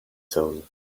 soul